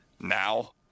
now